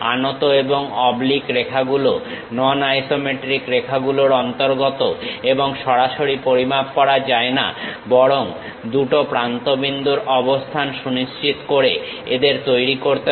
আনত এবং অবলিক রেখাগুলো নন আইসোমেট্রিক রেখাগুলোর অন্তর্গত এবং সরাসরি পরিমাপ করা যায় না বরং দুটো প্রান্তবিন্দুর অবস্থান সুনিশ্চিত করে এদের তৈরি করতে হয়